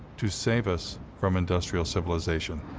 to save us from industrial civilization?